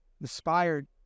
inspired